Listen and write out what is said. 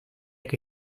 que